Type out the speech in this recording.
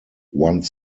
one